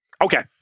Okay